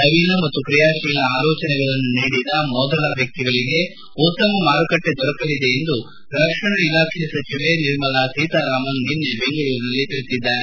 ನವೀನ ಮತ್ತು ಕ್ರಿಯಾಶೀಲಾ ಆಲೋಚನೆಗಳನ್ನು ನೀಡಿದ ಮೊದಲ ವ್ಯಕ್ತಿಗಳಿಗೆ ಉತ್ತಮ ಮಾರುಕಟ್ಟೆ ದೊರಕಲಿದೆ ಎಂದು ರಕ್ಷಣಾ ಇಲಾಖೆ ಸಚಿವೆ ನಿರ್ಮಲ ಸೀತಾರಾಮನ್ ನಿನ್ನೆ ಬೆಂಗಳೂರಿನಲ್ಲಿ ತಿಳಿಸಿದ್ದಾರೆ